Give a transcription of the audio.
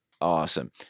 Awesome